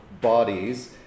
bodies